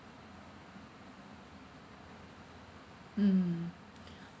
mm